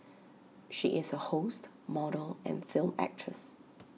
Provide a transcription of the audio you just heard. she is A host model and film actress